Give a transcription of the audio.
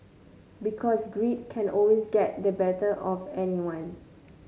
because greed can always get the better of anyone